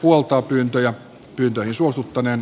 puhemiesneuvosto puoltaa pyyntöjä